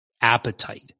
appetite